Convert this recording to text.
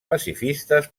pacifistes